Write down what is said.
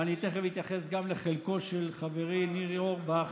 ותכף אני אתייחס גם לחלקו של חברי ניר אורבך